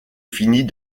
finit